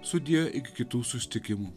sudie iki kitų susitikimų